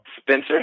Spencer